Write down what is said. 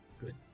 Good